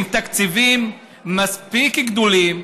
הם תקציבים מספיק גדולים.